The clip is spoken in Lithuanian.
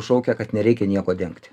šaukia kad nereikia nieko dengti